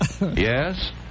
Yes